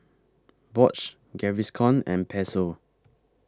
Bosch Gaviscon and Pezzo